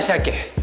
so okay?